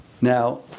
Now